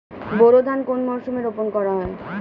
বোরো ধান কোন মরশুমে রোপণ করা হয়?